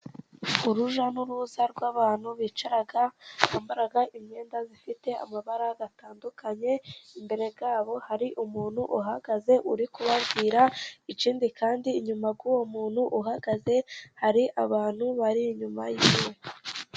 Urujya n'uruza rw'abantu bicara bambara imyenda ifite amabara atandukanye, imbere yabo hari umuntu uhagaze uri kubabwira, ikindi kandi inyuma y'uwo muntu uhagaze hari abantu bari inyuma ye.